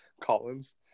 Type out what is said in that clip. Collins